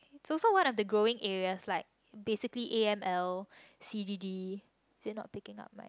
also one of the growing areas like basically a_m_l_c_d_d they are not picking up mine